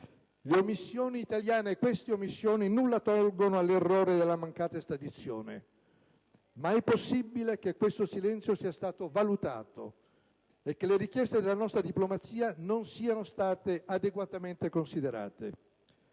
omissioni italiane nulla tolgono all'errore della mancata estradizione, ma è possibile che questo silenzio sia stato valutato e che le richieste della nostra diplomazia non siano state adeguatamente considerate.